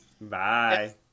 Bye